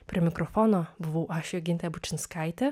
prie mikrofono buvau aš jogintė bučinskaitė